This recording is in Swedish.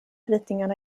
ritningarna